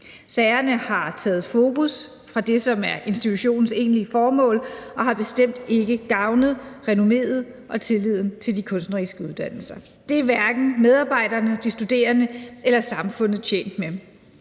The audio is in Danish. Sagerne har taget fokus fra det, som er institutionens egentlige formål, og har bestemt ikke gavnet renomméet og tilliden til de kunstneriske uddannelser. Det er hverken medarbejderne, de studerende eller samfundet tjent med.